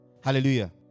Hallelujah